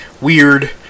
weird